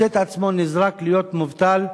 מוצא את עצמו נזרק להיות מובטל.